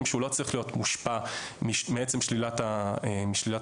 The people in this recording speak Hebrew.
שלא צריך להיות מושפע מעצם שלילת החירות,